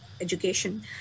education